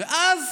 ואז